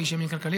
כי יש ימין כלכלי,